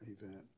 event